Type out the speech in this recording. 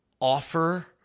offer